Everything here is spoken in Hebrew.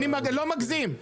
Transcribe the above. אני לא מגזים.